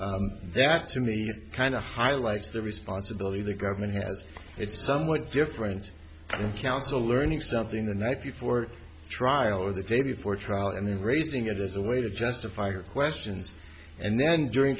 years that to me kind of highlights the responsibility the government has it's somewhat different counsel learning something the night before trial or the day before trial and then raising it as a way to justify your questions and then during